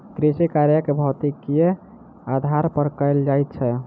कृषिकार्य के भौतिकीक आधार पर कयल जाइत छै